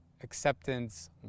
acceptance